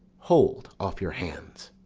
hold off your hands.